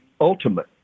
ultimate